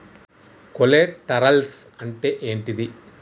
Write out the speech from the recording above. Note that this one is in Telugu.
కొలేటరల్స్ అంటే ఏంటిది?